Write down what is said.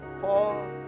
Paul